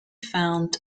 found